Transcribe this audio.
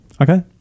Okay